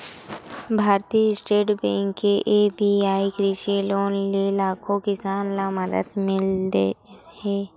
भारतीय state bank के SBI कृषि लोन ले लाखो किसान ल मदद मिले हे